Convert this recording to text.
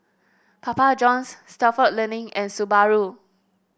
Papa Johns Stalford Learning and Subaru